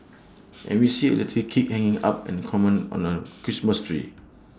and we see A little kid hanging up an ornament on A Christmas tree